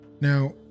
Now